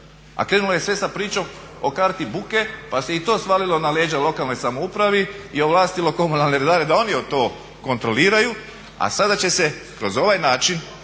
a krenulo je sve sa pričom o karti buke pa se i to svalilo na leđa lokalnoj samoupravi i ovlastilo komunalne redare da oni to kontroliraju a sada će se kroz ovaj način